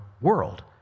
world